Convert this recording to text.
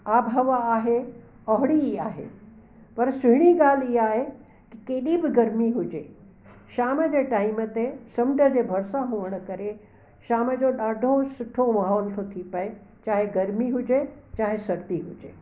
आबुहवा आहे ओहिड़ी ई आहे पर सुहिणी ॻाल्हि इहा आहे केॾी बि गर्मी हुजे शाम जे टाइम ते समुंड जे भर्सां हुअणु करे शाम जो ॾाढो सुठो माहौल थो थी पए चाहे गर्मी हुजे चाहे सर्दी हुजे